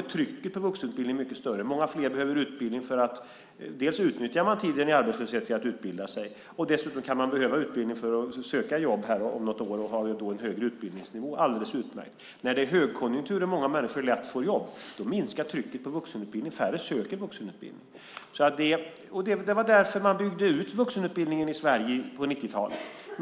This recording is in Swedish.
trycket på vuxenutbildning större. Man utnyttjar tiden i arbetslöshet till att utbilda sig. Man kan också behöva utbildning för att söka jobb om något år och då ha en högre utbildning. Det är alldeles utmärkt. När det är högkonjunktur och många människor lätt får jobb minskar trycket på vuxenutbildning och färre söker vuxenutbildning. Därför byggde man ut vuxenutbildningen i Sverige på 90-talet.